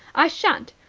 i shan't.